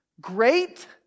great